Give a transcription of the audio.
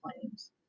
claims